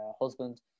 husband